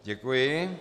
Děkuji.